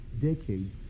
decades